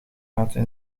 laten